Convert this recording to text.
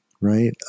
right